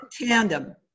tandem